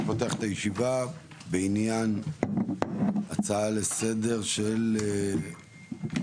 אני פותח את הישיבה בעניין הצעה לסדר של חברת